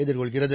எதிர்கொள்கிறது